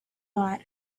got